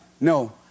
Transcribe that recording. No